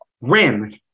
rim